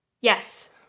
Yes